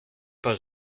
pas